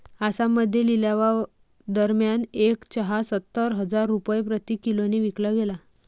आसाममध्ये लिलावादरम्यान एक चहा सत्तर हजार रुपये प्रति किलोने विकला गेला